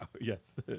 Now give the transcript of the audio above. Yes